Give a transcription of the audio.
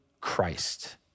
Christ